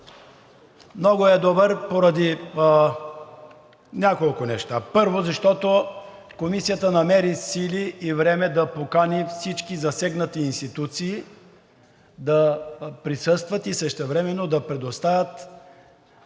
Много е добър поради няколко неща. Първо, защото Комисията намери сили и време да покани всички засегнати институции да присъстват и същевременно да предоставят